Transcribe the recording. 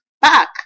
back